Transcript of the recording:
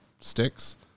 sticks